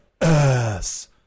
ass